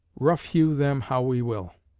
rough-hew them how we will